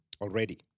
already